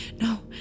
no